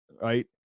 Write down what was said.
right